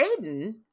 Aiden